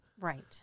right